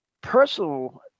personal